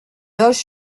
loges